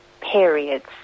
periods